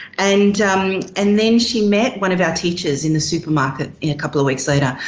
and and then, she met one of our teachers in the supermarket, in a couple of weeks later,